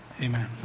amen